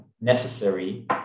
necessary